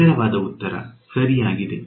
ನಿಖರವಾದ ಉತ್ತರ ಸರಿಯಾಗಿದೆ